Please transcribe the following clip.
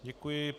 Děkuji.